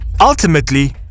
Ultimately